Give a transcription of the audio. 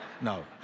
no